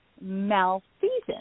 malfeasance